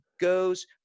goes